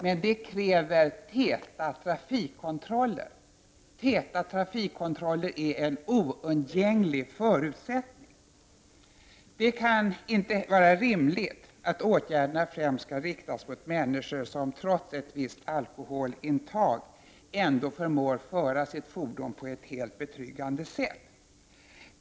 Men det kräver täta trafikkontroller. Täta trafikkontroller är en oundgänglig förutsättning. Det kan inte vara rimligt att åtgärderna främst riktas mot människor som trots ett visst alkoholintag ändå förmår föra sitt fordon på ett helt betryggande sätt.